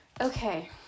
okay